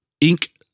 ink